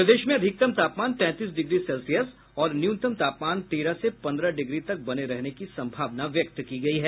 प्रदेश में अधिकतम तापमान तैंतीस डिग्री सेल्सियस और न्यूनतम तापमान तेरह से पंद्रह डिग्री तक बने रहने की संभावना व्यक्त की गयी है